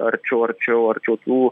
arčiau arčiau arčiau tų